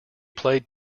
played